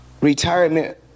retirement